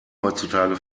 heutzutage